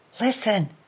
Listen